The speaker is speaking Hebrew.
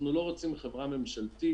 אנחנו לא רוצים חברה ממשלתית,